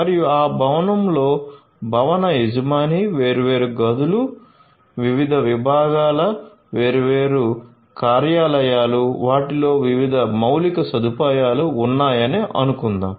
మరియు ఆ భవనం లో భవన యజమాని వేర్వేరు గదులు వివిధ విభాగాలు వేర్వేరు కార్యాలయాలు వాటిలో వివిధ మౌలిక సదుపాయాలు ఉన్నాయని అనుకుందాం